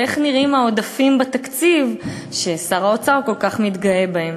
ואיך נראים העודפים בתקציב ששר האוצר כל כך מתגאה בהם.